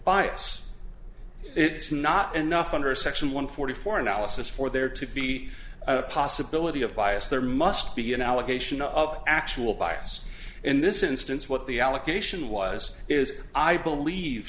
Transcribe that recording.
bites it's not enough under section one forty four analysis for there to be a possibility of bias there must be an allegation of actual bias in this instance what the allegation was is i believe